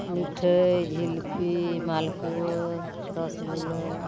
ᱢᱤᱴᱷᱟᱹᱭ ᱡᱷᱤᱞᱯᱤ ᱢᱟᱞᱯᱩᱣᱟ ᱨᱚᱥᱚᱜᱚᱞᱞᱟ